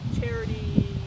charity